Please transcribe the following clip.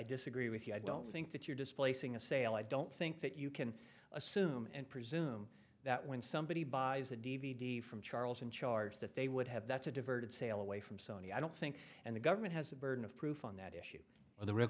disagree with you i don't think that you're displacing a sale i don't think that you can assume and presume that when somebody buys a d v d from charles in charge that they would have that's a diverted sale away from sony i don't think and the government has the burden of proof on that issue or the real